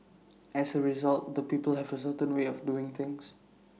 as A result the people have A certain way of doing things